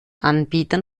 anbietern